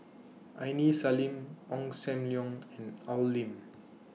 Aini Salim Ong SAM Leong and Al Lim